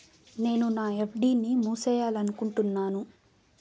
నేను నా ఎఫ్.డి ని మూసేయాలనుకుంటున్నాను